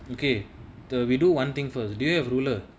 okay we do one thing first do you have ruler